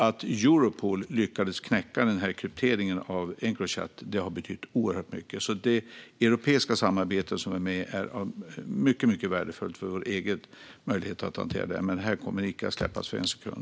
Att Europol lyckades knäcka krypteringen i Encrochat har betytt oerhört mycket. Det europeiska samarbete vi är med i är alltså mycket värdefullt för vår egen möjlighet att hantera det här. Men det här kommer icke att släppas för en sekund.